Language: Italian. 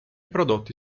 prodotti